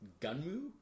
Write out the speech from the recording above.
Gunmu